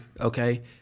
Okay